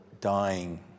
dying